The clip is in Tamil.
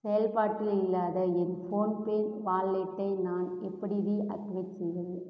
செயல்பாட்டில் இல்லாத என் ஃபோன்பே வாலெட்டை நான் எப்படி ரீஆக்டிவேட் செய்வது